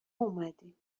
اومدیم